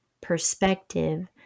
perspective